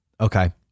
okay